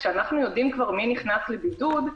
כשאנחנו יודעים כבר מי נכנס לבידוד,